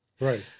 right